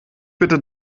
bitte